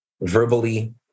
verbally